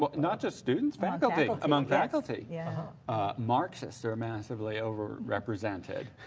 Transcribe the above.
but not just students, faculty! among faculty. yeah marxists are massively overrepresented.